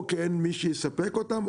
או כי אין מי שיספק אותם,